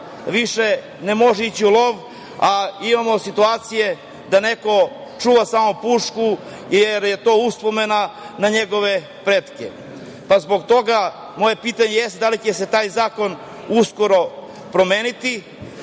više ne može ići u lov, a imamo situacije da neko čuva samo pušku jer je to uspomena na njegove pretke, pa zbog toga moje pitanje jeste da li će se taj zakon uskoro promeniti. Imam